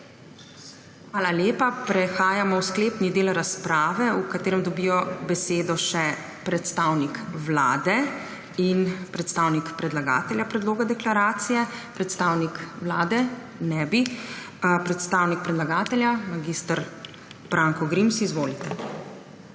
Hvala lepa. Prehajamo v sklepni del razprave, v katerem dobijo besedo še predstavnik Vlade in predstavnik predlagatelja predloga deklaracije. Predstavnik Vlade? Ne bi. Predstavnik predlagatelja? (Da.) Mag. Branko Grims, izvolite.